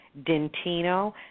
dentino